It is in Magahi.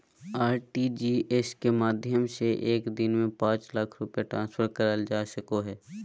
आर.टी.जी.एस के माध्यम से एक दिन में पांच लाख रुपया ट्रांसफर करल जा सको हय